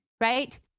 right